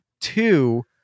two